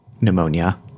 pneumonia